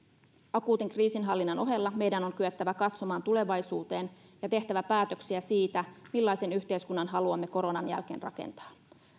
akuutin kriisinhallinnan ohella meidän on kyettävä katsomaan tulevaisuuteen ja tehtävä päätöksiä siitä millaisen yhteiskunnan haluamme koronan jälkeen rakentaa